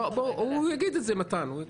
מתן יגיד את זה.